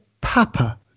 papa